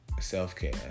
self-care